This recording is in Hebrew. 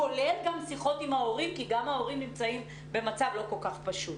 כולל גם שיחות עם ההורים כי גם ההורים נמצאים במצב לא כל כך פשוט.